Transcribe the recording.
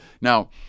Now